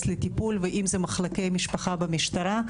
לטיפול ואם זה "מחלקי משפחה" במשטרה,